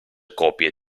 copie